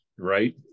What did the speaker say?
right